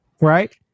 right